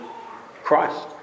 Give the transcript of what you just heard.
Christ